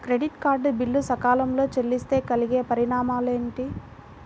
Credit card bill సకాలంలో చెల్లిస్తే కలిగే పరిణామాలేమిటి?